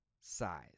size